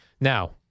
Now